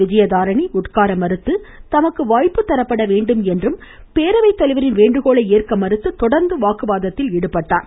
விஜயதரணி உட்கார மறுத்து தமக்கு வாய்ப்பு தரப்பட வேண்டும் என்றும் பேரவைத் தலைவரின் வேண்டுகோளை ஏற்க மறுத்து தொடர்ந்து வாக்குவாதத்தில் ஈடுபட்டார்